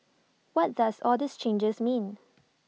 what does all these changes mean